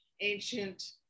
ancient